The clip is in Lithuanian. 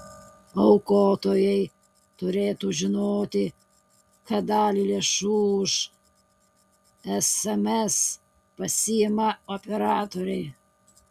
aukotojai turėtų žinoti kad dalį lėšų už sms pasiima operatoriai